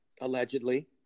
allegedly